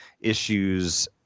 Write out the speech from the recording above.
issues